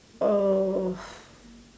uh